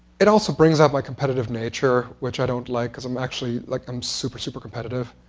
it also brings out my competitive nature, which i don't like, because i'm actually like um super, super competitive,